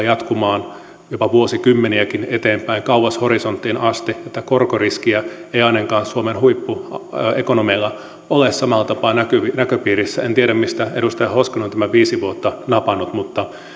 jatkumaan jopa vuosikymmeniäkin eteenpäin kauas horisonttiin asti tätä korkoriskiä ei ainakaan suomen huippuekonomeilla ole samalla tapaa näköpiirissä en tiedä mistä edustaja hoskonen on tämän viisi vuotta napannut mutta